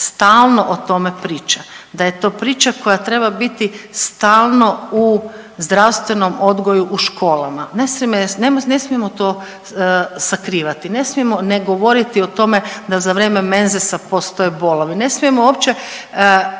stalno o tome priča, da je to priča koja treba biti stalno u zdravstvenom odgoju u školama. Ne smijemo to sakrivati, ne smijemo ne govoriti o tome da za vrijeme menzesa postoje bolovi, ne smijemo uopće